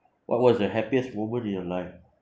what was the happiest moment in your life